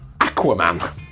Aquaman